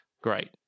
Great